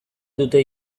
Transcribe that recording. dute